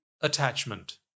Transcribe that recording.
attachment